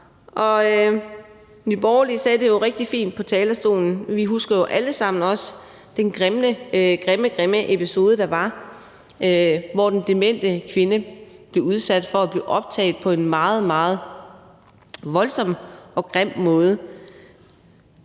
og Nye Borgerlige sagde det rigtig fint fra talerstolen, og vi husker jo alle sammen også den grimme, grimme episode, der var, hvor den demente kvinde blev udsat for at blive optaget på en meget, meget voldsom og grim måde.